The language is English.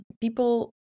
People